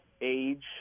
age